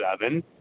seven